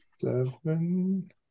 seven